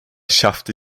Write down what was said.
schaffte